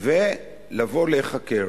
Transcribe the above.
ולבוא להיחקר.